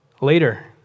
later